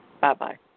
Bye-bye